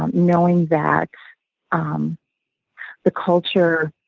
um knowing that um the culture,